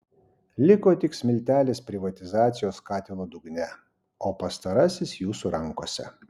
liko tik smiltelės privatizacijos katilo dugne o pastarasis jūsų rankose